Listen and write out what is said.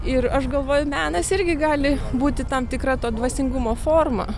ir aš galvoju menas irgi gali būti tam tikra to dvasingumo forma